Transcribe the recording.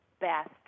best